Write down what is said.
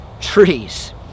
trees